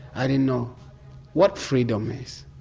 i didn't know what freedom is,